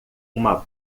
uma